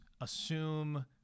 assume